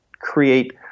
create